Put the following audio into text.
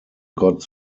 got